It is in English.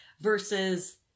versus